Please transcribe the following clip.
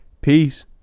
Peace